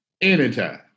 Anytime